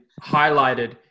highlighted